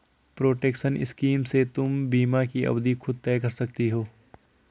protection scheme से तुम बीमा की अवधि खुद तय कर सकती हो